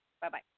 Bye-bye